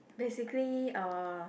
basically uh